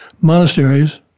monasteries